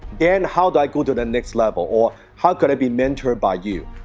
dan, how do i go to the next level? or, how could i be mentored by you?